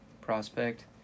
prospect